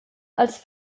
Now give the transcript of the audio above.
als